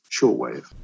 shortwave